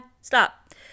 stop